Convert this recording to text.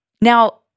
Now